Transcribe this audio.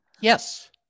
Yes